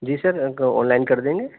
G sir on line کر دیں گے